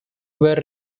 were